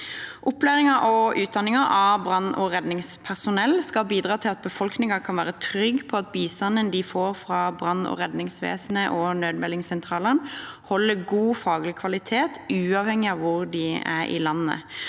Opplæringen og utdanningen av brann- og redningspersonell skal bidra til at befolkningen kan være trygg på at bistanden de får fra brann- og redningsvesenet og nødmeldingssentralene, holder god faglig kvalitet uavhengig av hvor de er i landet.